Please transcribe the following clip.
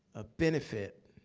a benefit,